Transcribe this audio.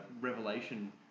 revelation